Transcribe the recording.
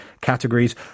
categories